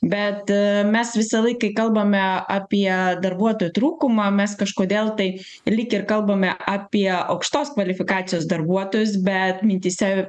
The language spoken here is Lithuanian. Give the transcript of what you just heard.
bet mes visąlaik kai kalbame apie darbuotojų trūkumą mes kažkodėl tai lyg ir kalbame apie aukštos kvalifikacijos darbuotojus bet mintyse